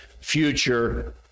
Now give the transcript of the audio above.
future